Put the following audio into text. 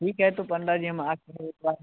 ठीक है तो पंडा जी हम आते हैं एक बार